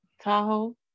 Tahoe